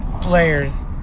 players